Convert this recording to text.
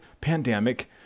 pandemic